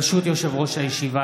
ברשות יושב-ראש הישיבה,